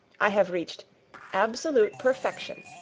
i have reached absolute perfection.